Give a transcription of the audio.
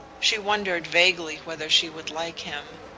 she wondered vaguely whether she would like him,